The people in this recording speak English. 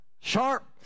sharp